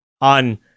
on